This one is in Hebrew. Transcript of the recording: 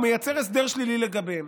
הוא מייצר הסדר שלילי לגביהן.